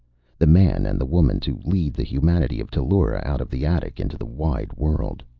the man and the woman to lead the humanity of tellura out of the attic, into the wide world.